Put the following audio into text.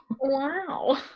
Wow